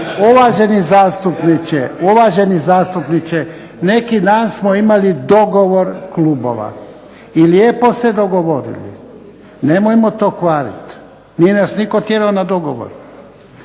uvaženi zastupniče, neki dan smo imali dogovor klubova i lijepo se dogovorili, nemojmo to kvariti. Nije nas nitko tjerao na dogovor.